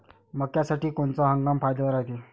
मक्क्यासाठी कोनचा हंगाम फायद्याचा रायते?